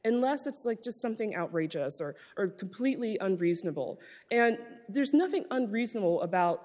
unless it's like just something outrageous or completely unreasonable and there's nothing unreasonable about